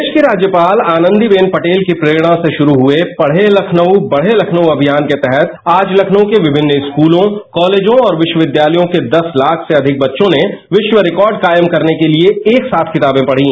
प्रदेश की राज्यपाल आनंदी बेन पटेल की प्ररेणा से शुरू हुए पढ़े लखनऊ बढ़े लखनऊ अभियान के तहत आज लखनऊ के विमिन्न स्कूलों कॉलेजों और विश्वविद्यालयों के दस लाख से अधिक बच्चों ने विश्व रिकार्ड कायम करने के लिए एक साथ किताबें पढ़ी